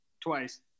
Twice